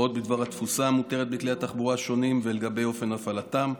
הוראות בדבר התפוסה המותרת בכלי התחבורה השונים ואופן הפעלתם,